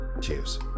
Cheers